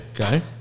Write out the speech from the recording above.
Okay